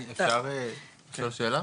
אפשר לשאול שאלה?